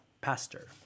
pastor